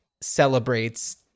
celebrates